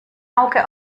auge